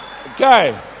Okay